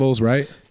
right